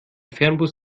fernbus